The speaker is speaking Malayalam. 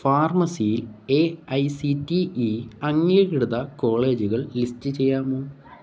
ഫാർമസിയിൽ A I C T E അംഗീകൃത കോളേജുകൾ ലിസ്റ്റ് ചെയ്യാമോ